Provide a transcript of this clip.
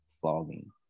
flogging